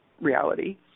reality